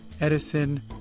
Edison